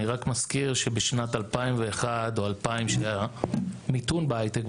אני רק מזכיר שבשנת 2001 שהמיתון בהייטק,